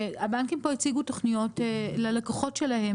הבנקים פה הציגו תוכניות ללקוח שלהם